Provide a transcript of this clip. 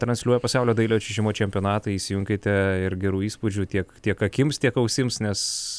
transliuoja pasaulio dailiojo čiuožimo čempionatą įsijunkite ir gerų įspūdžių tiek tiek akims tiek ausims nes